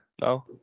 No